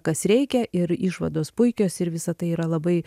kas reikia ir išvados puikios ir visa tai yra labai